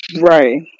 Right